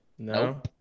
No